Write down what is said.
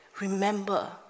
remember